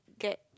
get